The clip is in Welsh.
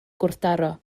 gwrthdaro